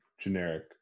generic